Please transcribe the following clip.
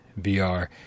VR